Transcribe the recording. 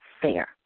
fair